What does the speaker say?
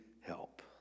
help